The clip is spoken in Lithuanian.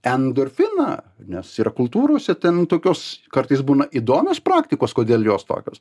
endorfiną nes ir kultūrose ten tokios kartais būna įdomios praktikos kodėl jos tokios